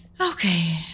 Okay